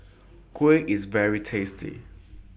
Kuih IS very tasty